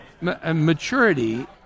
maturity